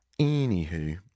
Anywho